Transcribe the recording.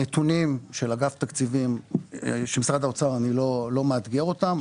הנתונים של משרד האוצר, אני לא מאתגר אותם.